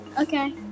Okay